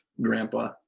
grandpa